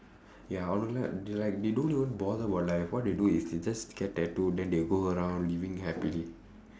ya they like they don't even bother about life what they do is they just get tattoo then they go around living happily